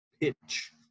pitch